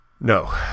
No